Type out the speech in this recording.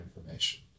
information